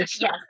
Yes